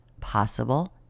possible